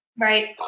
right